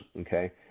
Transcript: okay